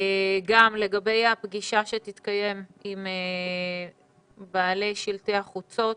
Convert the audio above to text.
לגבי הפגישה שתתקיים עם בעלי שלטי החוצות.